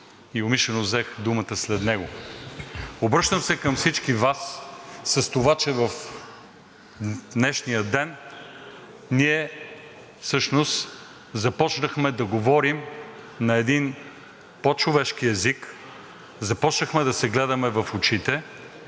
и умишлено взех думата след него. Обръщам се към всички Вас с това, че в днешния ден ние започнахме да говорим на един по-човешки език, започнахме да се гледаме в очите